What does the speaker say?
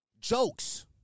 Jokes